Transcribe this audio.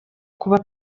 kuba